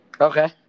Okay